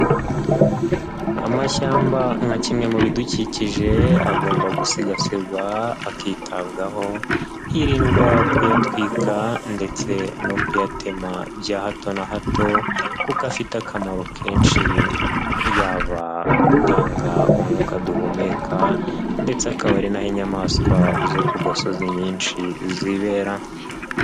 Amashyamba nka kimwe mu bidukikije agomba gusigasirwa akitabwaho, hirindwa kuyatwika ndetse no kuyatema bya hato na hato kuko afite akamaro kenshi, yaba gutanga umwuka duhumeka ndetse akaba ari naho inyamaswa zo ku gasozi nyinshi zibera.